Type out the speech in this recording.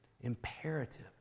Imperative